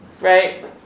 right